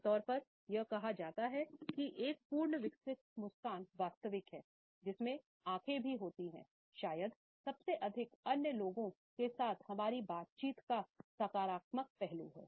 आम तौर पर यह कहा जाता है कि एक पूर्ण विकसित मुस्कान वास्तविक है जिसमें आँखें भी रहती हैं शायद सबसे अधिक अन्य लोगों के साथ हमारी बातचीत का संक्रामक पहलू है